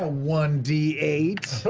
ah one d eight!